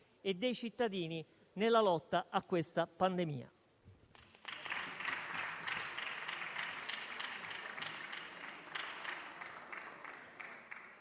e dei cittadini, nella lotta a questa pandemia.